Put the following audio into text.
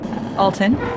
Alton